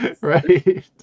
right